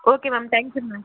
okay ma'am தேங்க்ஸ்ஸுங்க ma'am